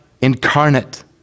incarnate